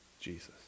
Jesus